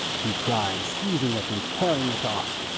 he cried, seizing it and carrying it off.